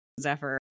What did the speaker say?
Zephyr